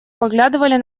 поглядывали